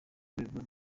rwego